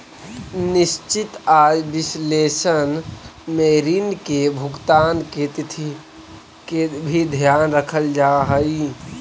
निश्चित आय विश्लेषण में ऋण के भुगतान के तिथि के भी ध्यान रखल जा हई